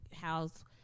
house